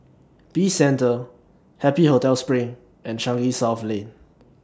Peace Centre Happy Hotel SPRING and Changi South Lane